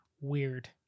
Weird